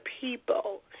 people